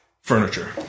Furniture